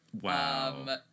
Wow